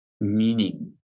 meaning